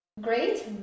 great